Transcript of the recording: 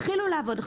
התחילו לעבוד.